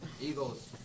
Eagles